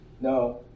No